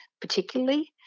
particularly